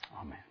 Amen